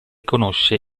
conosce